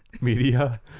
media